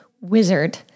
wizard